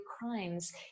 crimes